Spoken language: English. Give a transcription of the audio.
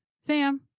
Sam